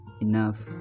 enough